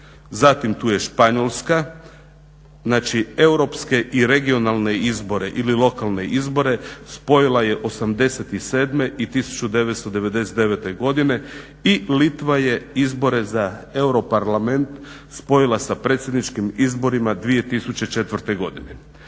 Zatim, tu je Španjolska, znači europske i regionalne izbore ili lokalne izbore spojila je '87. i 1999. godine i Litva je izbore za Europarlament spojila sa predsjedničkim izborima 2004. godine.